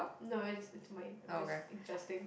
no it's it's mine I'm just adjusting